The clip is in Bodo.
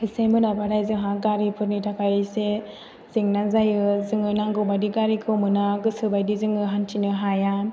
एसे मोनाब्लाथाय जोंहा गारिफोरनि थाखाय एसे जेंना जायो जोङो नांगौबादि गारिखौ मोना गोसोबायदि जोङो हान्थिनो हाया